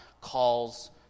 calls